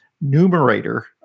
numerator